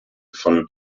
von